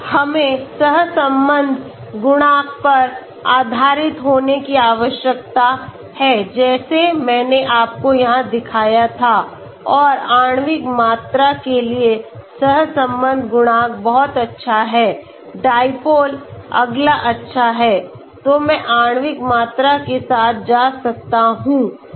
तो हमें सहसंबंध गुणांक पर आधारित होने की आवश्यकता है जैसे मैंने आपको यहां दिखाया था और आणविक मात्रा के लिए सहसंबंध गुणांक बहुत अच्छा है dipole अगला अच्छा है तो मैं आणविक मात्रा के साथ जा सकता हूं